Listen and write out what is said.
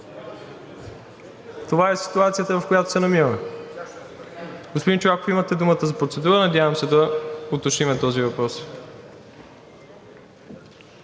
Това е ситуацията, в която се намираме. Господин Чолаков, имате думата за процедура – надявам се, да уточним този въпрос.